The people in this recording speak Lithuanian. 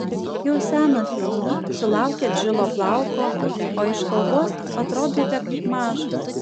jau senas jūs sulaukėt žilo plauko o iš kalbos atrodote kaip mažas